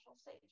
stage